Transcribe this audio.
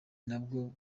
nabwo